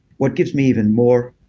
what gives me even more